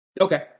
Okay